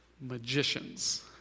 magicians